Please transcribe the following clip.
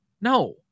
No